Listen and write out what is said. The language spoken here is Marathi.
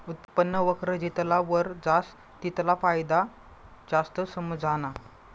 उत्पन्न वक्र जितला वर जास तितला फायदा जास्त समझाना